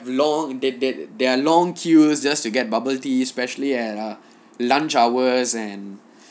long there there there are long queues just to get bubble tea especially at ah lunch hours and